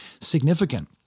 significant